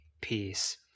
peace